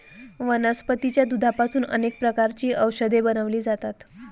वनस्पतीच्या दुधापासून अनेक प्रकारची औषधे बनवली जातात